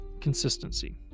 consistency